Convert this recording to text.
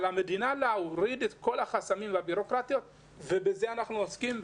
על המדינה להוריד את כל החסמים והבירוקרטיות ובזה אנחנו עוסקים.